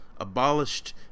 abolished